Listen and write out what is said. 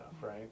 right